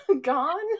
Gone